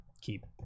keep